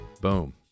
Boom